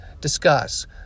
discuss